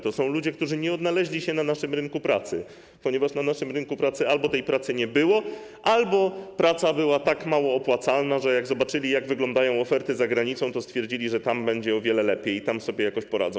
To są ludzie, którzy nie odnaleźli się na naszym rynku pracy, ponieważ na naszym rynku pracy albo tej pracy nie było, albo praca była tak mało opłacalna, że jak zobaczyli, jak wyglądają oferty za granicą, to stwierdzili, że tam będzie o wiele lepiej i tam sobie jakoś poradzą.